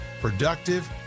productive